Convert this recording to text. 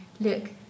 look